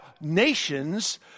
nations